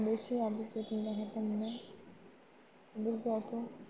করতাম না